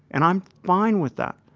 and i'm fine with that.